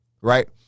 Right